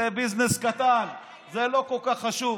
זה ביזנס קטן, זה לא כל כך חשוב.